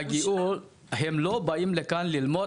הם לא באים לכאן כדי ללמוד